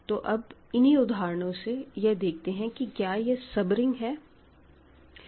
तो अब इन्हीं उदाहरणों से यह देखते हैं कि क्या यह सब रिंग है